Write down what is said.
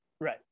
right